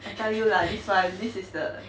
I tell you lah this [one] this is the